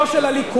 לא של הליכוד,